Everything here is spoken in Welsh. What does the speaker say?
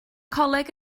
coleg